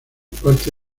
parte